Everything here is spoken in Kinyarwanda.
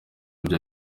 bya